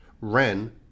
Ren